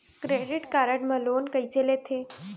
Credit card मा loan कइसे लेथे?